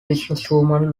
businesswoman